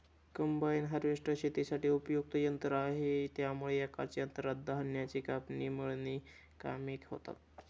combine harvester शेतीसाठी उपयुक्त यंत्र आहे त्यामुळे एकाच यंत्रात धान्याची कापणी, मळणी कामे होतात